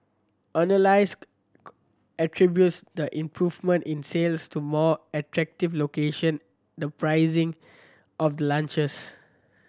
analyst attributes the improvement in sales to more attractive location the pricing of the launches